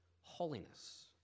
holiness